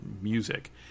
music